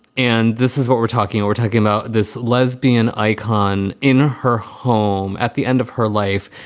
and this is what we're talking we're talking about this lesbian icon in her home at the end of her life.